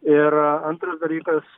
ir antras dalykas